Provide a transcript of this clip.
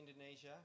Indonesia